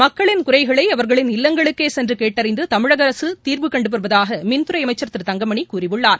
மக்களின் குறைகளை அவர்களின் இல்லங்களுக்கே சென்று கேட்டறிந்து தமிழக அரசு தீர்வு கண்டு வருவதாக மின்துறை அமைச்சர் திரு தங்கமணி கூறியுள்ளார்